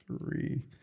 three